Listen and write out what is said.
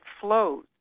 flows